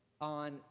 on